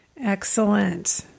Excellent